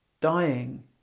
dying